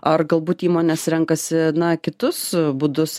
ar galbūt įmonės renkasi na kitus būdus